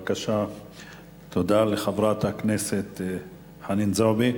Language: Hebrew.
תודה לחברת הכנסת חנין זועבי.